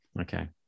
Okay